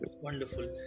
Wonderful